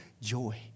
joy